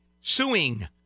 suing